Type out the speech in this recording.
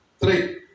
Three